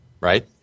Right